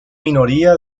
minoría